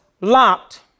locked